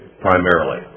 primarily